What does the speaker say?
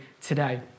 today